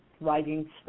writing